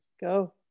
go